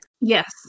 Yes